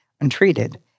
untreated